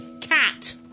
Cat